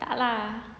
tak lah